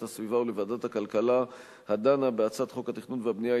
הסביבה ולוועדת הכלכלה הדנה בהצעת חוק התכנון והבנייה,